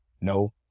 no